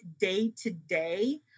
day-to-day